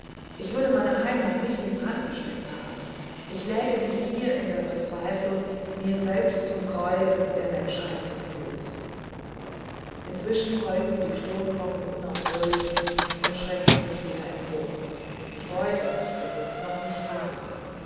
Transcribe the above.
ich würde meine heimat nicht in brand gesteckt haben ich läge nicht hier in der verzweiflung mir selbst zum greuel der menschheit zum fluch inzwischen heulten die sturmglocken unaufhörlich und schreckten mich wieder empor ich freute mich daß es noch nicht tag war